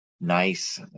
nice